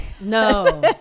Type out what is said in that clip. No